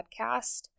podcast